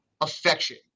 affection